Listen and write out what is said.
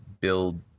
build